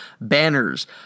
banners